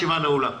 הישיבה נעולה.